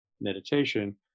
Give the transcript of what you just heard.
meditation